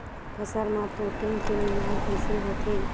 फसल मा प्रोटीन के निर्माण कइसे होथे?